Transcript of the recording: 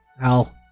Al